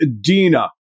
Dina